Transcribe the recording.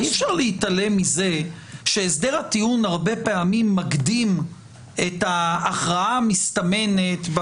אי-אפשר להתעלם מזה שהסדר הטיעון הרבה פעמים מקדים את ההכרעה המסתמנת.